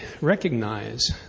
recognize